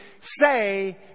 say